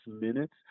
minutes